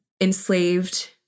enslaved